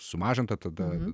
sumažintą tada